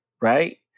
right